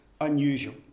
unusual